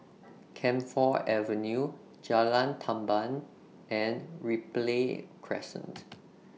Camphor Avenue Jalan Tamban and Ripley Crescent